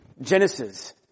Genesis